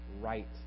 right